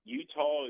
Utah